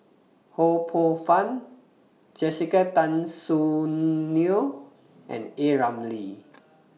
Ho Poh Fun Jessica Tan Soon Neo and A Ramli